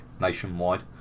nationwide